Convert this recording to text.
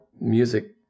music